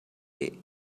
day